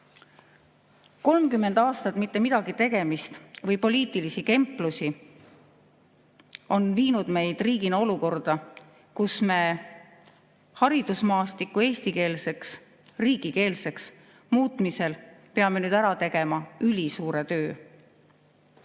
30 aastat mittemidagitegemist või poliitilisi kemplusi on viinud meid riigina olukorda, kus haridusmaastiku eestikeelseks, riigikeelseks muutmiseks peame nüüd ära tegema ülisuure töö.